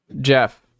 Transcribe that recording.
Jeff